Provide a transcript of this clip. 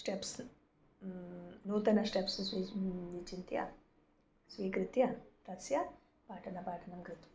steps नूतनं steps स्विस् विचिन्त्य स्वीकृत्य तस्य पठनपाठनं कृत्वा